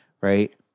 right